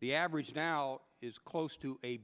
the average now is close to a